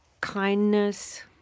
Kindness